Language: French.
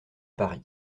paris